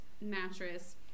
mattress